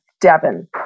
Devin